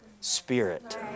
spirit